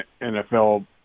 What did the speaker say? NFL